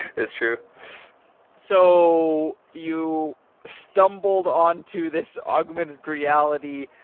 it's true so you stumbled onto this augmented reality,